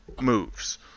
moves